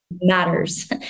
matters